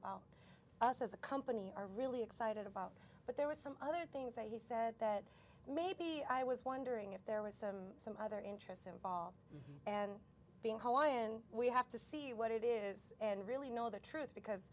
about us as a company are really excited about but there were some other things that he said that maybe i was wondering if there was some some other interests involved and being hawaiian we have to see what it is and really know the truth because